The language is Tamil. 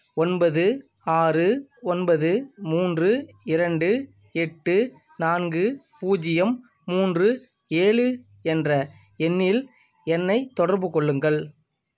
ஒன்பது ஆறு ஒன்பது மூன்று இரண்டு எட்டு நான்கு பூஜ்ஜியம் மூன்று ஏழு என்ற எண்ணில் என்னைத் தொடர்பு கொள்ளுங்கள்